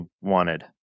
wanted